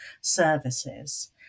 services